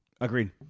Agreed